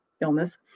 Illness